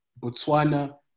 Botswana